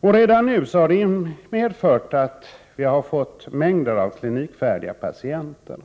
Redan nu har utvecklingen medfört att vi fått mängder av klinikfärdiga patienter.